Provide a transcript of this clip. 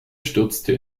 stürzte